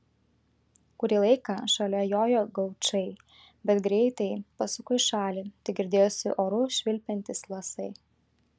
kurį laiką šalia jojo gaučai bet greitai pasuko į šalį tik girdėjosi oru švilpiantys lasai